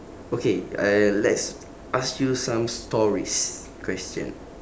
okay I let's ask you some stories question